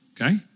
okay